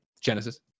Genesis